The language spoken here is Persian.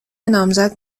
نامزد